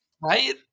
Right